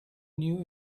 new